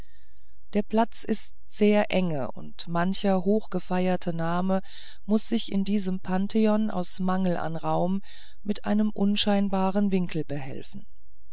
der platz ist sehr enge und mancher hochgefeierte name muß sich in diesem pantheon aus mangel an raum mit einem unscheinbaren winkel behelfen